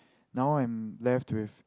now I'm left with